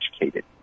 educated